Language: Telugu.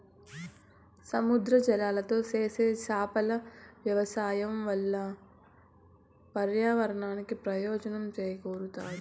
సముద్ర జలాలతో చేసే చేపల వ్యవసాయం వల్ల పర్యావరణానికి ప్రయోజనం చేకూరుతాది